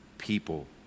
people